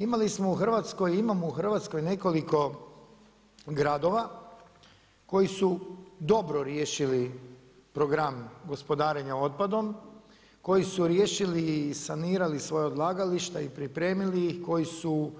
Imali smo u Hrvatskoj i imamo u Hrvatskoj nekoliko gradova koji su dobro riješili program gospodarenjem otpadom, koja su riješili i sanirali svoja odlagališta i pripremili ih, koji su